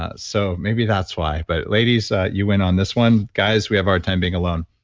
ah so maybe that's why, but ladies ah you win on this one, guys, we have our time being alone.